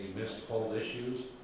miss whole issues.